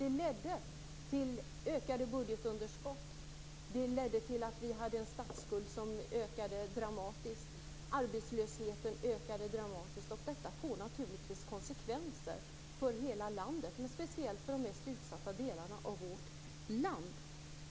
Det ledde till ökade budgetunderskott, till att statsskulden ökade dramatiskt och till att arbetslösheten ökade dramatiskt. Detta fick naturligtvis konsekvenser för hela landet, men speciellt för de mest utsatta delarna av vårt land.